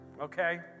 okay